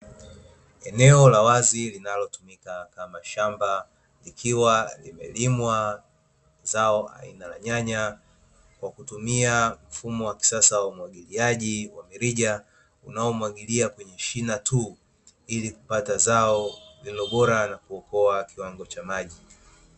Eneo la wazi linalotumika kama shamba, likiwa limelimwa zao aina la nyanya kwa kutumia mfumo wa kisasa wa umwagiliaji wa mirija, unaomwagilia kwenye mashina tu; ili kupata zao lililo bora na kuokoa kiwango cha maji.